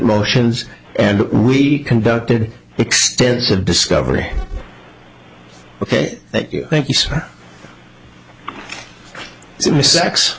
motions and we conducted extensive discovery ok you think you se